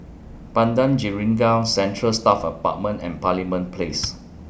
Padang Jeringau Central Staff Apartment and Parliament Place